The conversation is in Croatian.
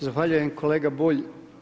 Zahvaljujem kolega Bulj.